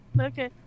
okay